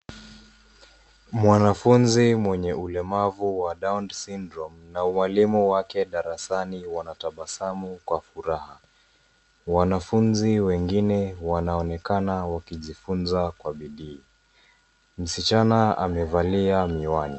Mwanafunzi mwenye ulemavu wa Down Syndrome na walimu wake darasani wanatabasamu kwa furaha. Wanafunzi wengine wanaonekana wakijifunza kwa bidii. Msichana amevalia miwani.